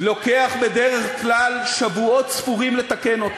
לוקח בדרך כלל שבועות ספורים לתקן.